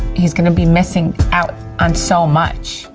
he's gonna be missing out on so much.